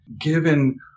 given